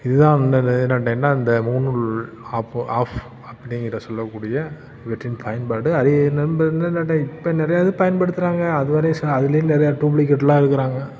இதுதான் என்ன அந்த முகநூல் ஆப்போ ஆஃப் அப்படிங்கிற சொல்லக்கூடியவற்றின் பயன்பாடு அதே கேட்டால் இப்போ நிறையா இது பயன்படுத்துகிறாங்க அது வேறே அதுலேயும் நிறையா டியூப்லிகேட்லாம் இருக்கிறாங்க